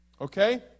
Okay